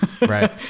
Right